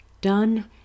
done